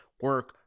Work